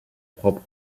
propre